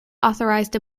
authored